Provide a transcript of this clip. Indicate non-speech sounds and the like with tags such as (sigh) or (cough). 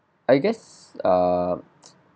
I guess err (noise)